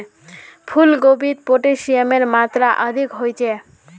फूल गोभीत पोटेशियमेर मात्रा अधिक ह छे